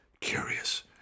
curious